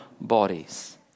bodies